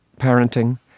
parenting